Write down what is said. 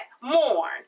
mourn